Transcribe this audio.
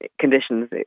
conditions